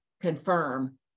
confirm